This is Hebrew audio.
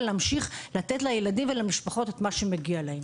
להמשיך לתת לילדים ולמשפחות את מה שמגיע להם.